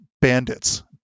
bandits